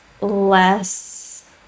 less